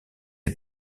est